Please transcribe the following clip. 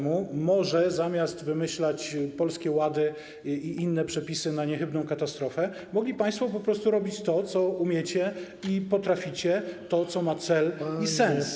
Może zamiast wymyślać Polskie Łady i inne przepisy na niechybną katastrofę, mogliby państwo po prostu robić to, co umiecie i potraficie, to, co ma cel i sens.